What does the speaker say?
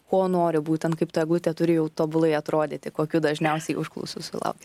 ko nori būtent kaip ta eglutė turi jau tobulai atrodyti kokių dažniausiai užklausų sulaukiat